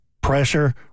pressure